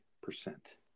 percent